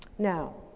now,